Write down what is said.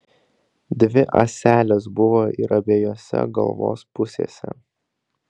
dvi ąselės buvo ir abiejose galvos pusėse